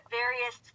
various